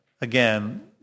again